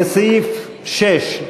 לסעיף 6: